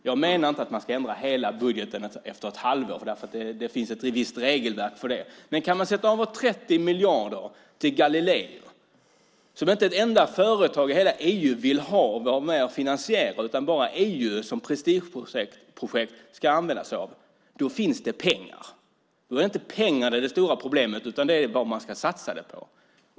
Jag menar inte att man ska ändra hela budgeten efter ett halvår - det finns ett visst regelverk för det - men kan man sätta av 30 miljarder till Galileo, som inte ett enda företag i hela EU vill ha och vara med och finansiera utan som bara EU, som ett prestigeprojekt, ska använda sig av, då finns det pengar. Då är inte pengarna det stora problemet, utan det är vad man ska satsa dem på.